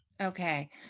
Okay